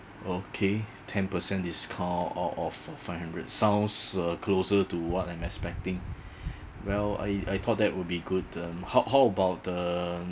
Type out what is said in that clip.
okay ten percent discount out of of five hundred sounds uh closer to what I'm expecting well I I thought that would be good um how how about the